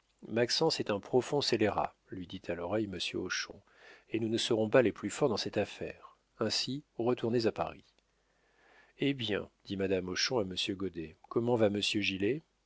est un profond scélérat lui dit à l'oreille monsieur hochon et nous ne serons pas les plus forts dans cette affaire ainsi retournez à paris eh bien dit madame hochon à monsieur goddet comment va monsieur gilet